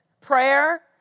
Prayer